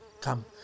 Come